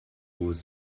was